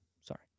Sorry